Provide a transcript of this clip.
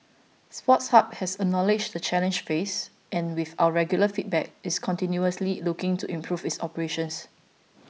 Sports Hub has acknowledged the challenges faced and with our regular feedback is continuously looking to improve its operations